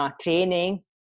Training